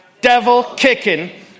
devil-kicking